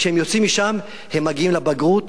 כשהם יוצאים משם הם מגיעים לבגרות,